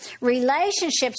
relationships